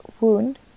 wound